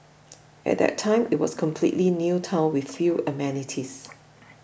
at that time it was a completely new town with few amenities